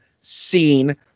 seen